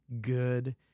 good